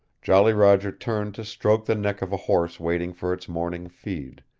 jolly roger turned to stroke the neck of a horse waiting for its morning feed.